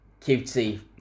cutesy